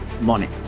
money